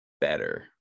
better